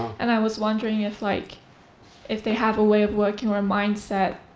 and i was wondering if like if they have a way of working, or a mindset